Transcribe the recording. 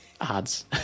ads